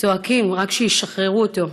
צועקים רק שישחררו אותו.